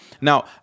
Now